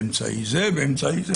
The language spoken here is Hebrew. באמצעי זה או אחר.